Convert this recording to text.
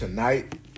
Tonight